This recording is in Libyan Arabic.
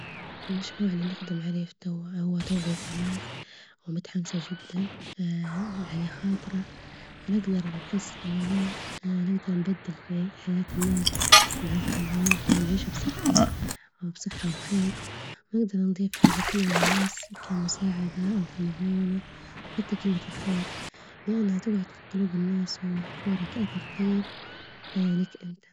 المشروع اللي نقد عليه في التو هو توعية الناس ومتحمسة جدا على خاطره نجدر نحس إننا نجدر نبدل في حياة الناي ون ونعاونهم ونعيش بصحة، وبصحة وخير نجدر نضيف حاجة حلوة للناس كمساعدة أو كمعاونة حتى كلمة الخير لأنها تجعد في جلوب الناس محفورة كأثر طيب ليك إنت.